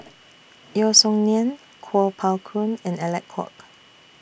Yeo Song Nian Kuo Pao Kun and Alec Kuok